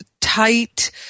tight